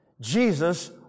Jesus